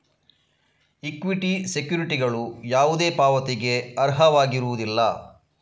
equity ಸೆಕ್ಯುರಿಟಿಗಳು ಯಾವುದೇ ಪಾವತಿಗೆ ಅರ್ಹವಾಗಿರುವುದಿಲ್ಲ